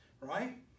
right